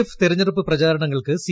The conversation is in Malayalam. എഫ് തെരഞ്ഞെടുപ്പ് പ്രചാരണങ്ങൾക്ക് സി